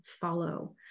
follow